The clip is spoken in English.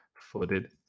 footed